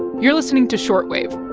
you're listening to short wave